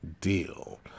deal